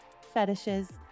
fetishes